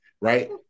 Right